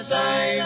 day